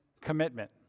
commitment